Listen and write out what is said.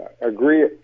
agree